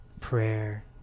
prayer